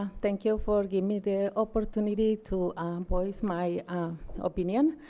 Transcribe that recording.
thank you for giving me the opportunity to um voice my opinion.